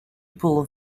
pull